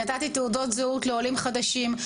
נתתי תעודות זהות לעולים חדשים.